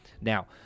Now